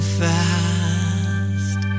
fast